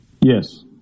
Yes